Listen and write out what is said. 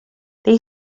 they